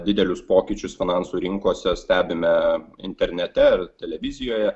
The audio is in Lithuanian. didelius pokyčius finansų rinkose stebime internete televizijoje